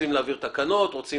רוצים להעביר תקנות וכולי